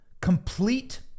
complete